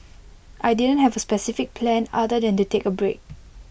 I didn't have A specific plan other than to take A break